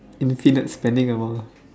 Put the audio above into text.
infinite spending amount